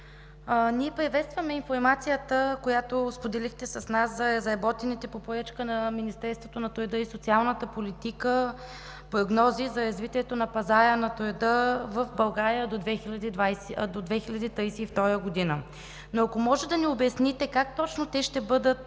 ние приветстваме информацията, която споделихте с нас за разработените по поръчка на Министерството на труда и социалната политика прогнози за развитието на пазара на труда в България до 2032 г., но ако може да ни обясните: как точно те ще бъдат